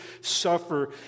suffer